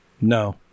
no